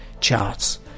charts